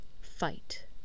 fight